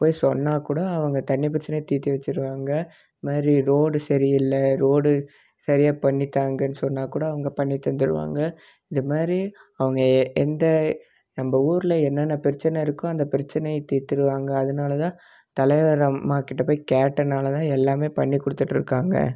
போய் சொன்னால் கூட அவங்க தண்ணி பிரச்சனையை தீர்த்து வைச்சுருவாங்க இதுமாதிரி ரோடு சரியில்லை ரோடு சரியாக பண்ணி தாங்கனு சொன்னா கூட அவங்க பண்ணி தந்துருவாங்க இந்த மாதிரி அவங்கள் எந்த நம்ப ஊரில் என்னென்ன பிரச்சனை இருக்கோ அந்த பிரச்சனையை தீர்த்துருவாங்க அதுனால தான் தலைவர் அம்மாகிட்ட போய் கேட்டனாலேதான் எல்லாமே பண்ணி கொடுத்துட்டிருக்காங்க